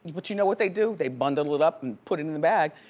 but you know what they do, they bundle it up and put it in the bag.